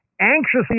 anxiously